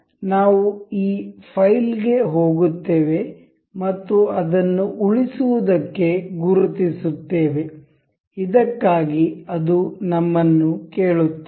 ಆದ್ದರಿಂದ ನಾವು ಈ ಫೈಲ್ ಗೆ ಹೋಗುತ್ತೇವೆ ಮತ್ತು ಅದನ್ನು ಉಳಿಸುವುದಕ್ಕೆ ಗುರುತಿಸುತ್ತೇವೆ ಇದಕ್ಕಾಗಿ ಅದು ನಮ್ಮನ್ನು ಕೇಳುತ್ತದೆ